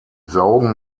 saugen